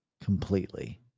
completely